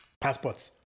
passports